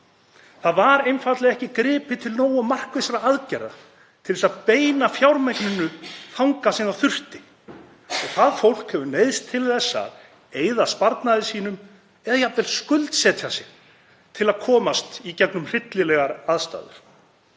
Það var einfaldlega ekki gripið til nógu markvissra aðgerða til þess að beina fjármagninu þangað sem þurfti. Fólk hefur neyðst til að eyða sparnaði sínum eða jafnvel skuldsetja sig til að komast í gegnum hryllilegar aðstæður.